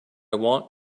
want